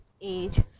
age